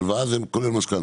הלוואה זה כולל משכנתה.